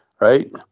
right